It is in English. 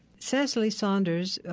cecily saunders,